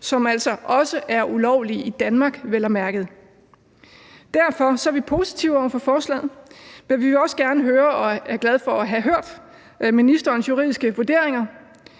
som altså vel at mærke også er ulovlige i Danmark. Derfor er vi positive over for forslaget. Men vi vil også gerne høre og er glade for at have hørt ministerens juridiske vurderinger.